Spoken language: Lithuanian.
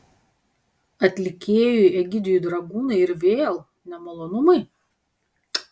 atlikėjui egidijui dragūnui ir vėl nemalonumai